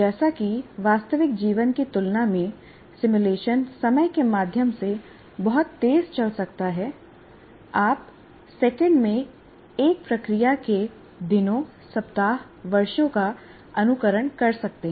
जैसा कि वास्तविक जीवन की तुलना में सिमुलेशन समय के माध्यम से बहुत तेज चल सकता है आप सेकंड में एक प्रक्रिया के दिनोंसप्ताहवर्षों का अनुकरण कर सकते हैं